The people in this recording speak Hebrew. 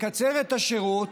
לקצר את השירות